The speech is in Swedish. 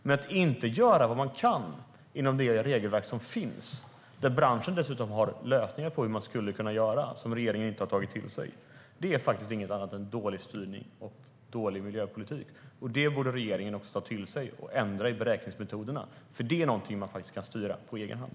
Men att inte göra vad man kan inom det regelverk som finns, när branschen dessutom har lösningar på hur man skulle kunna göra som regeringen inte har tagit till sig, är inget annat än dålig styrning och dålig miljöpolitik. Regeringen borde ta till sig detta och ändra i beräkningsmetoderna, för det är faktiskt någonting man kan styra på egen hand.